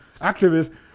activist